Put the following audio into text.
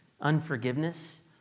unforgiveness